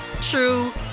true